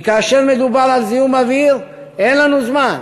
כי כאשר מדובר על זיהום אוויר אין לנו זמן.